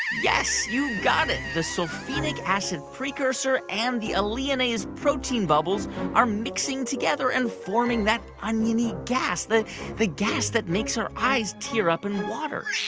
yes, you got it. the sulfenic acid precursor and the alliinase protein bubbles are mixing together and forming that oniony gas, the the gas that makes our eyes tear up and water